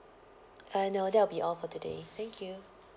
uh no that'll be all for today thank you